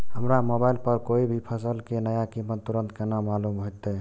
हमरा मोबाइल पर कोई भी फसल के नया कीमत तुरंत केना मालूम होते?